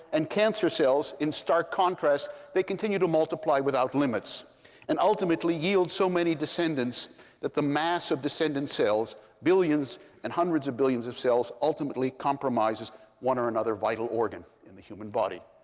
and cancer cells, in stark contrast, they continue to multiply without limits and ultimately yield so many descendants that the mass of descendent cells billions and hundreds of billions of cells ultimately compromises one or another vital organ in the human body.